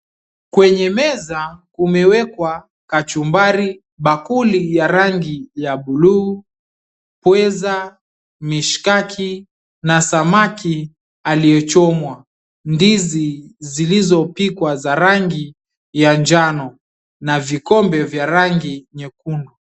Kwenye meza kumewekwa kachumbari, bakuli ya rangi ya buluu, pweza, mishkaki na samaki aliyechomwa, ndizi zilizopikwa za rangi ya njano na vikombe vya rangi nyekundu.